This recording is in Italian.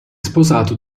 sposato